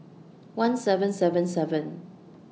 one seven seven seven